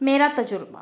میرا تجربہ